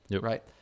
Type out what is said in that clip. right